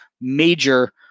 major